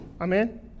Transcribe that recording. Amen